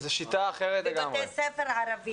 בבתי ספר ערבים.